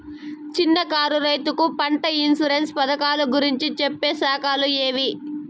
చిన్న కారు రైతుకు పంట ఇన్సూరెన్సు పథకాలు గురించి చెప్పే శాఖలు ఏవి?